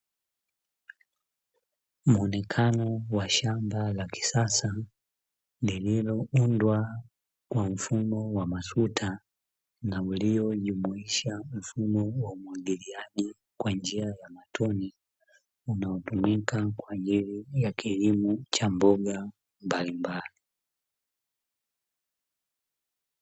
Muonekano wa shamba la kisasa lililoundwa kwa mfumo wa matuta, na uliyojumuisha mfumo wa umwagiliaji kwa njia ya mtoni unaotumika kwa ajili ya kilimo cha mboga mbalimbali.